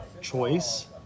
choice